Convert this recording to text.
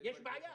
יש בעיה.